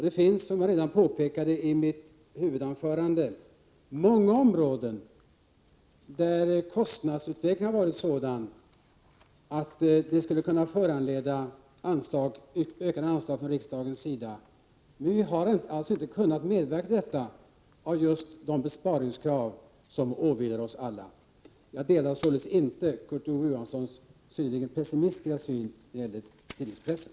På många områden har kostnadsutvecklingen, som jag påpekade redan i mitt huvudanförande, varit sådan att den skulle kunna föranleda ökade anslag från riksdagens sida. Men vi har inte kunnat medverka till någonting sådant just på grund av de besparingskrav som åvilar oss alla. Jag delar således inte Kurt Ove Johanssons synnerligen pessimistiska uppfattning om tidningspressen.